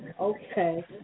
okay